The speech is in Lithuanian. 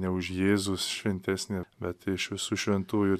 ne už jėzus šventesnė bet iš visų šventųjų